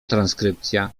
transkrypcja